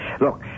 Look